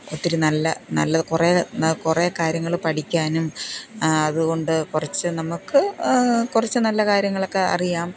ഒത്തിരി നല്ല നല്ലത് കുറേ കുറേ കാര്യങ്ങൾ പഠിക്കാനും അതുകൊണ്ട് കുറച്ച് നമുക്ക് കുറച്ച് നല്ല കാര്യങ്ങളെക്കെ അറിയാം